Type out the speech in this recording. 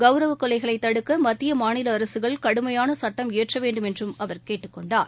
கவுரவக் கொலைகளைதடுக்கமத்திய மாநிலஅரசுகள் கடுமையானசட்டம் இயற்றவேண்டும் என்றுஅவர் கேட்டுக்கொண்டார்